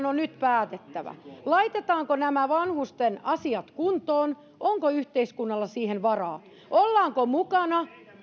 on nyt päätettävä laitetaanko nämä vanhusten asiat kuntoon onko yhteiskunnalla siihen varaa ollaanko mukana